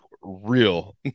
real